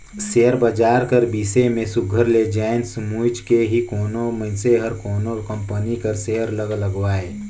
share बजार कर बिसे में सुग्घर ले जाएन समुझ के ही कोनो मइनसे हर कोनो कंपनी कर सेयर ल लगवाए